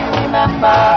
remember